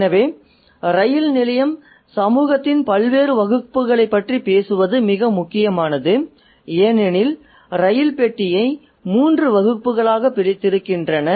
எனவே ரயில் நிலையம் சமூகத்தின் பல்வேறு வகுப்புகளைப் பற்றி பேசுவது மிக முக்கியமானது ஏனெனில் ரயில் பெட்டியை மூன்று வகுப்புகளாக பிரித்திருக்கின்றனர்